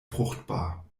fruchtbar